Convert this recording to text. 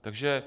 Takže